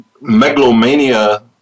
megalomania